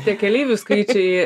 tie keleivių skaičiai